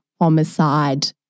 homicide